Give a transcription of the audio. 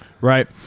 Right